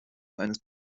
eines